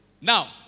Now